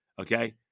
okay